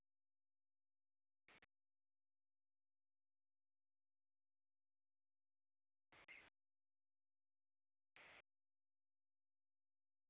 ते